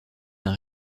d’un